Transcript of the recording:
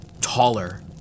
taller